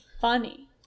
funny